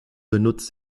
benutzt